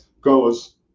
goes